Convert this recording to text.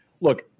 look